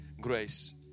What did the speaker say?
Grace